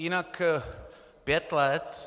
Jinak pět let...